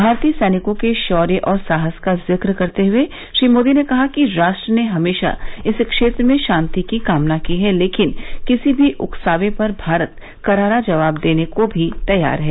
भारतीय सैनिकों के शौर्य और साहस का जिक्र करते हुए श्री मोदी ने कहा कि राष्ट्र ने हमेशा इस क्षेत्र में शांति की कामना की है लेकिन किसी भी उकसावे पर भारत करारा जवाब देने को भी तैयार है